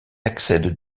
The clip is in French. accèdent